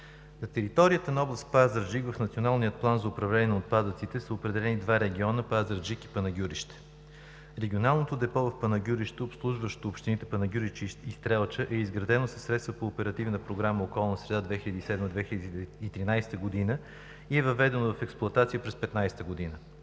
На територията на област Пазарджик в Националния план за управление на отпадъците са определени два региона – Пазарджик и Панагюрище. Регионалното депо в Панагюрище, обслужващо общините Панагюрище и Стрелча, е изградено със средства по Оперативна програма „Околна среда 2007 – 2013 г.“, и е въведено в експлоатация през 2015 г.